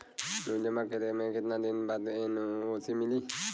Loan जमा कइले के कितना दिन बाद एन.ओ.सी मिली?